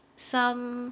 some